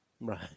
Right